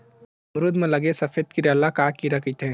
अमरूद म लगे सफेद कीरा ल का कीरा कइथे?